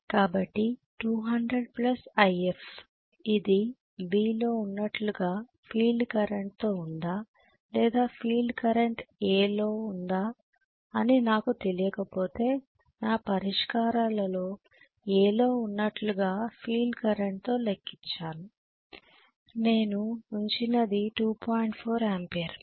కాబట్టి 200If ఇది V లో ఉన్నట్లుగా ఫీల్డ్ కరెంట్తో ఉందా లేదా ఫీల్డ్ కరెంట్ A లో ఉందా అని నాకు తెలియకపోతే నా పరిష్కారాలలో A లో ఉన్నట్లుగా ఫీల్డ్ కరెంట్తో లెక్కించాను నేను ఉంచినది 2